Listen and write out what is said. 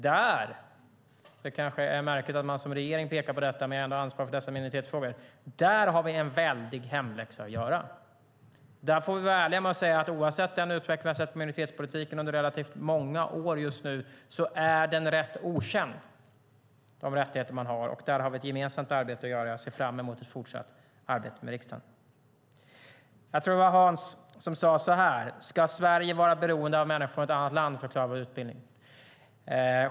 Det är kanske märkligt att man från regeringens sida pekar på detta, men jag har ändå ansvar för dessa minoritetsfrågor: Där har vi en väldig hemläxa att göra. Vi får vara ärliga och säga att trots att minoritetspolitiken har utvecklats under relativt många år är den rätt okänd, med de rättigheter som människor har. Där har vi ett gemensamt arbete att göra, och jag ser fram emot ett fortsatt arbete tillsammans med riksdagen. Jag tror att det var Hans Ekström som sade: Ska Sverige vara beroende av människor från ett annat land för att klara vår utbildning?